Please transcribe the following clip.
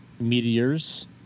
Meteors